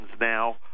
now